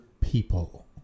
people